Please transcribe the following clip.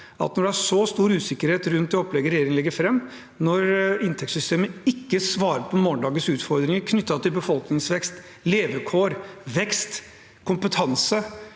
Når det er så stor usikkerhet rundt det opplegget regjeringen legger fram, og inntektssystemet ikke svarer på morgendagens utfordringer knyttet til befolkningsvekst, levekår, vekst, kompetanse